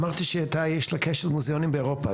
אמרת שאתה יש לך קשר למוזיאונים באירופה,